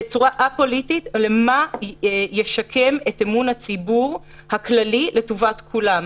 מה ישקם את אמון הציבור הכללי לטובת כולם,